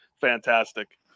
fantastic